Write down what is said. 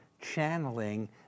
channeling